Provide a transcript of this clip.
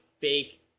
fake